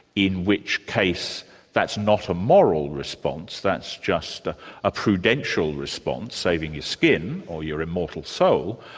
in which case that's not a moral response, that's just ah a prudential response, saving your skin, or your immortal so